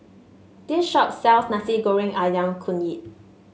this shop sells Nasi Goreng ayam Kunyit